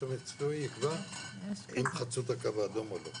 המקצועי יקבע אם חצו את הקו האדום או לא?